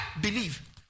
believe